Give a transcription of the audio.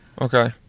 Okay